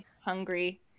hungry